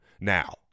now